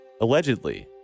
Allegedly